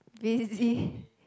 busy